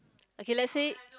okay let's say